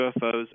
UFOs